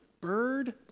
bird